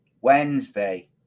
Wednesday